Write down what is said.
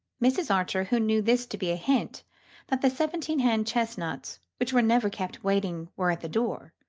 mrs. archer, who knew this to be a hint that the seventeen-hand chestnuts which were never kept waiting were at the door,